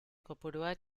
kopurua